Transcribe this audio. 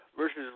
versus